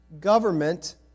government